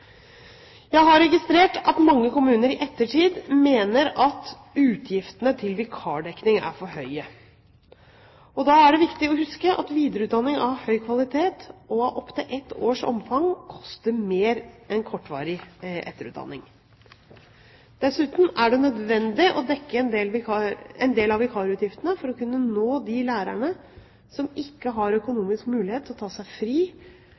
Jeg har registrert at mange kommuner i ettertid mener at utgiftene til vikardekning er for høye. Da er det viktig å huske at videreutdanning av høy kvalitet og av opptil ett års omfang koster mer enn kortvarig etterutdanning. Dessuten er det nødvendig å dekke en del av vikarutgiftene for å kunne nå de lærerne som ikke har økonomisk mulighet til å ta seg fri